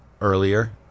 earlier